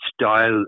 style